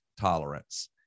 tolerance